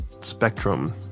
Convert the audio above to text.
spectrum